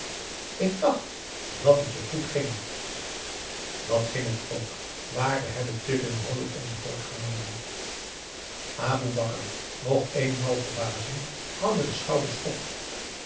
ik dacht dat het je goed ging at ging het ook maar we hebben te veel hooi op onze vork genomen aboe bakar nog een en al verbazing haalde de schouders op